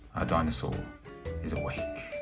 our dinosaur is awake.